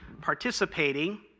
participating